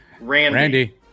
Randy